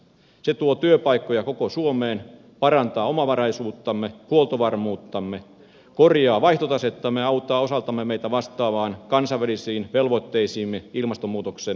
se tuo työpaikkoja koko suomeen parantaa omavaraisuuttamme huoltovarmuuttamme korjaa vaihtotasettamme ja auttaa osaltaan meitä vastaamaan kansainvälisiin velvoitteisiimme ilmastonmuutoksen hillitsemiseksi